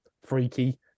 freaky